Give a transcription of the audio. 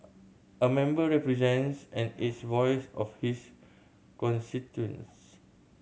a member represents and is voice of his constituents